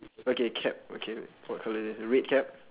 okay cap okay what colour is it red cap